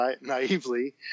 naively